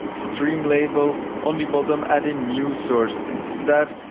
stream label on the bottom, add a new source instead,